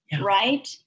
Right